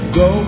go